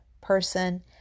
person